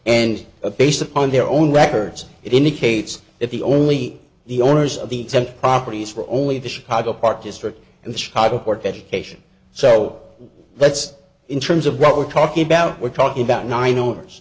and based upon their own records it indicates that the only the owners of the temple properties were only the chicago park district and chicago board of education so that's in terms of what we're talking about we're talking about nine